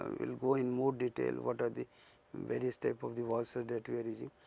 ah will go in more detail, what are the various type of the washes that we are using.